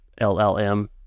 LLM